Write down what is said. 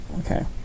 Okay